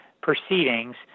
proceedings